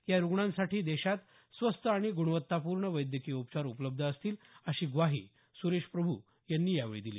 या रुग्णांसाठी देशात स्वस्त आणि गुणवत्तापूर्ण वैद्यकीय उपचार उपलब्ध असतील अशी ग्वाही सुरेश प्रभू यांनी यावेळी दिली